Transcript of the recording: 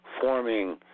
forming